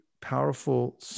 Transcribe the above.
powerful